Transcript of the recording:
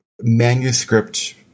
manuscript